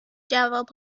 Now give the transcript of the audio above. جواب